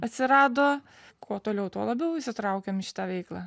atsirado kuo toliau tuo labiau įsitraukėm į šitą veiklą